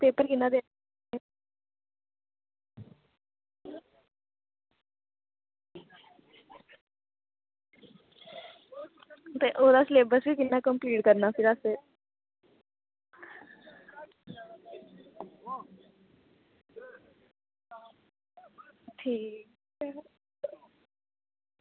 paper कियां देने ते ओह्दा स्लेबस बी कन्नै कंपलीट करना कन्नै असें ठीक